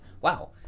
wow